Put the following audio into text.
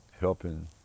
helping